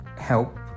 help